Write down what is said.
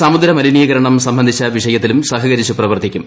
സമുദ്രമലിനീകരണം സംബന്ധിച്ച വിഷയത്തിലും സഹകരിച്ച് പ്രവർത്തിക്കും